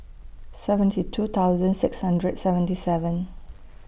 seventy two thousand six hundred seventy seven